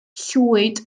llwyd